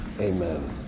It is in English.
Amen